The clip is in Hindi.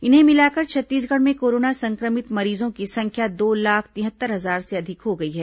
इन्हें मिलाकर छत्तीसगढ़ में कोरोना संक्रमित मरीजों की संख्या दो लाख तिहत्तर हजार से अधिक हो गई है